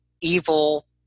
evil